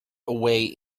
away